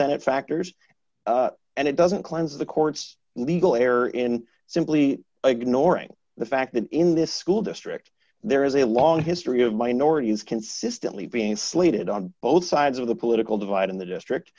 senate factors and it doesn't cleanse the court's legal error in simply ignoring the fact that in this school district there is a long history of minorities consistently being slated on both sides of the political divide in the district